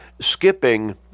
skipping